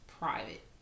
private